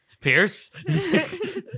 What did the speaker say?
Pierce